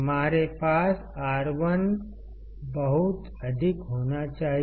हमारे पास R1 बहुत अधिक होना चाहिए